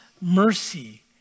mercy